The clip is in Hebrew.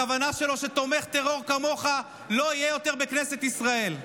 הכוונה שלו שתומך טרור כמוך לא יהיה יותר בכנסת ישראל.